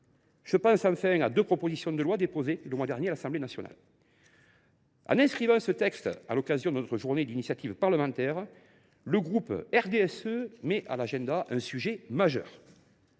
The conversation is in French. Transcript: En outre, deux propositions de loi ont été déposées le mois dernier à l’Assemblée nationale. En inscrivant ce texte à l’occasion de sa journée d’initiative parlementaire, le groupe RDSE met à l’agenda un sujet majeur.